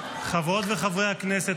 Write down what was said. חברות וחברי הכנסת,